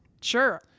sure